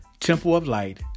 templeoflight